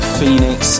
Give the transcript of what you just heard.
Phoenix